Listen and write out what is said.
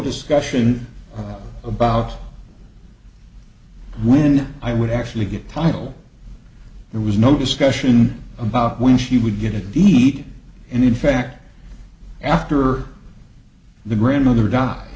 discussion about when i would actually get title there was no discussion about when she would get a deed and in fact after the grandmother d